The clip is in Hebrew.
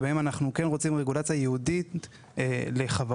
שבהן אנחנו רוצים רגולציה ייעודית לחברות,